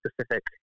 specific